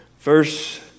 Verse